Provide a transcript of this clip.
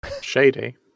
shady